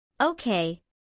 Okay